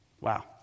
Wow